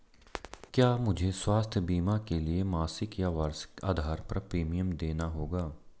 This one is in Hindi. क्या मुझे स्वास्थ्य बीमा के लिए मासिक या वार्षिक आधार पर प्रीमियम देना होगा?